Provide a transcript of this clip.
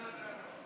שלוש דקות,